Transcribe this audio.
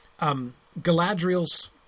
Galadriel's